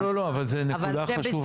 לא, לא, אבל זו נקודה חשובה.